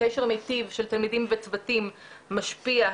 שקשר מיטיב של תלמידים וצוותים משפיע,